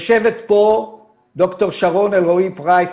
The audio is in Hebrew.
יושבת פה ד"ר שרון אלרעי פרייס,